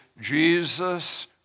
Jesus